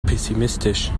pessimistisch